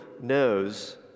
knows